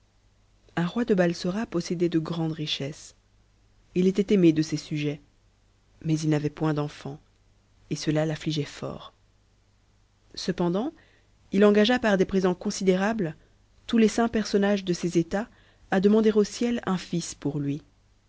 un roi de balsora possédait de grandes richesses il était aimé de ses sujets mais il n'avait point d'enfants et cela l'affligeait fort cependant il engagea par des présents considérables tous les saints personnages de ses états à demander au ciel un fils pour lui